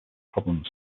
problems